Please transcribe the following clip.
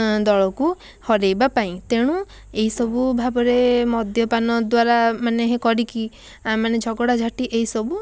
ଦଳକୁ ହରେଇବା ପାଇଁ ତେଣୁ ଏହିସବୁ ଭାବରେ ମଦ୍ୟପାନ ଦ୍ୱାରା ମାନେ କରିକି ମାନେ ଝଗଡ଼ାଝାଟି ଏହିସବୁ